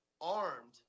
armed